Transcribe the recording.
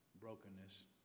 brokenness